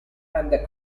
and